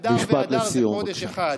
אדר א' ואדר ב' זה חודש אחד.